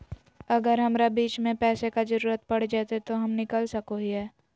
अगर हमरा बीच में पैसे का जरूरत पड़ जयते तो हम निकल सको हीये